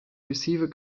receiver